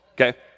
okay